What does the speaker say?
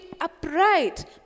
upright